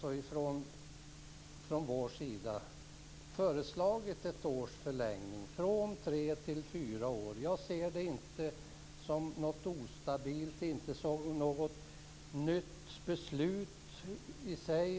Men nu har vi föreslagit ett års förlängning, från tre till fyra år. Jag ser det inte som något ostabilt eller som något nytt beslut i sig.